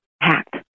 hacked